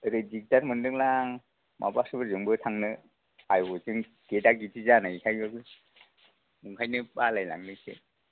ओरै दिग्दार मोनदों आं माबाफोरजोंबो थांनो हायवे जों गेदा गेदि जानायखायबो बेनिखायनो बालाय लाङो एसे